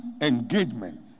engagement